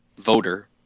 voter